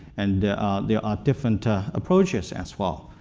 and there are different ah approaches as well.